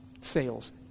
sales